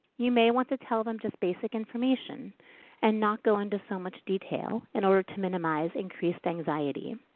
you may want to tell them just basic information and not go into so much detail in order to minimize increased anxiety.